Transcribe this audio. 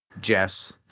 Jess